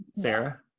Sarah